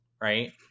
right